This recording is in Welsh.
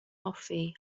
hoffi